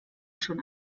schon